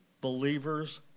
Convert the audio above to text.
believers